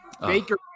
baker